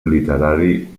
literari